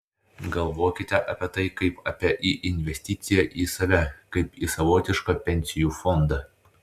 galvokite apie tai kaip apie į investiciją į save kaip į savotišką pensijų fondą